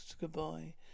goodbye